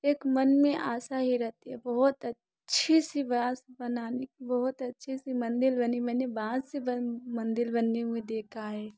एक मन में आशा ये रहती है बहुत अच्छी सी बाँस बनाने की बहुत अच्छी सी मंदिर बनी मैंने बाँस मंदिर बनते हुये देखा है